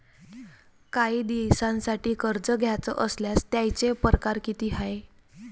कायी दिसांसाठी कर्ज घ्याचं असल्यास त्यायचे परकार किती हाय?